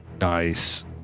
Nice